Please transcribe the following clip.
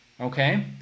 okay